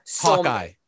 Hawkeye